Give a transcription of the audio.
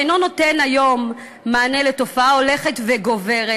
אינה נותנת היום מענה לתופעה הולכת וגוברת